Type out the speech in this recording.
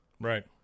Right